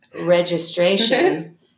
registration